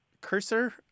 cursor